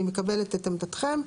אני מקבלת את עמדתכם.